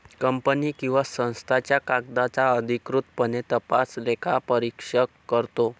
company किंवा संस्थांच्या कागदांचा अधिकृतपणे तपास लेखापरीक्षक करतो